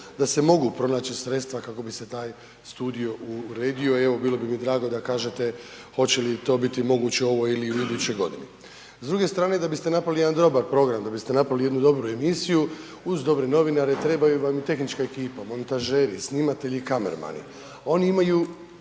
da se mogu pronaći sredstva kako bi se taj studio uredio i evo bilo bi mi drago da kažete hoće li to biti moguće u ovoj ili u idućoj godini? S druge strane da biste napravili jedan dobar program da biste napravili jednu dobru emisiju uz dobre novinare treba vam i tehnička ekipa, montažeri, snimatelji, kamermani.